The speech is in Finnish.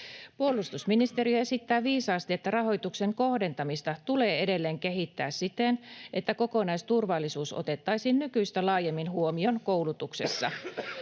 Puolustusministeriö esittää viisaasti, että rahoituksen kohdentamista tulee edelleen kehittää siten, että kokonaisturvallisuus otettaisiin nykyistä laajemmin huomioon koulutuksessa.